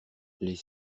les